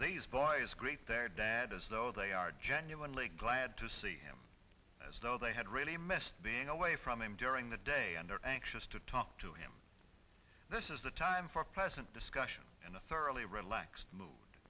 these boys create their dad as though they are genuinely glad to see him as though they had really missed being away from him during the day and they're anxious to talk to him this is the time for pleasant discussion and a thoroughly relaxed mood